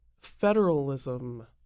federalism